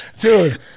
dude